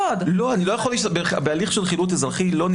בהצעת חוק החילוט הגדולה.